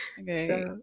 Okay